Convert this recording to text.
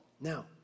Now